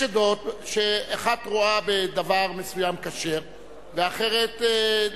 יש עדות שאחת רואה בדבר מסוים כשר ואחר לא